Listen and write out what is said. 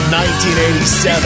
1987